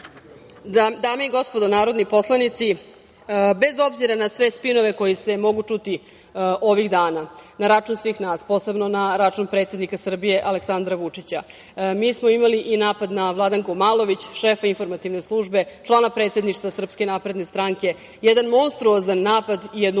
dame i gospodo narodni poslanici, bez obzira na sve spinove koji se mogu čuti ovih dana na račun svih nas, posebno na račun predsednika Srbije Aleksandra Vučića, mi smo imali i napad na Vladanku Malović, šefa informativne službe, člana predsedništva Srpske napredne stranke, jedan monstruozan napad i jednu monstruoznu